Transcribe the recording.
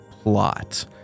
plot